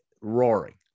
roaring